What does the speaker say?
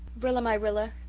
rilla-my-rilla,